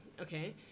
okay